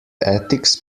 ethics